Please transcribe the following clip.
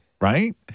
Right